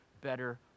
better